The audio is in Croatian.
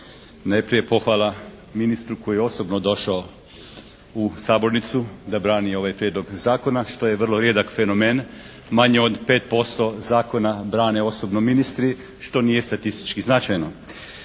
Najprije pohvala ministru koji je osobno došao u sabornicu da brani ovaj Prijedlog zakona što je vrlo rijedak fenomen. Manje od 5% zakona brane osobno ministri što nije statistički značajno.